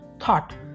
thought